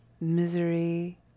misery